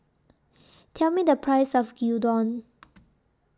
Tell Me The Price of Gyudon